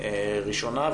הראשונה,